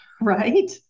Right